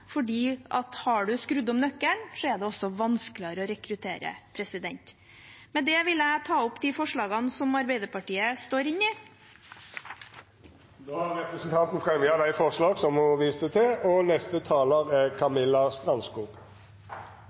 har man skrudd om nøkkelen, er det også vanskeligere å rekruttere. Med det vil jeg ta opp de forslagene som Arbeiderpartiet står inne i. Representanten Ingvild Kjerkol har fremja dei forslaga ho viste til. Organisering av fødetilbud skaper stort engasjement i hele landet. Det er